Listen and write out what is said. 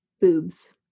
Boobs